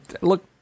Look